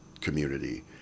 community